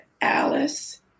Alice